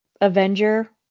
Avenger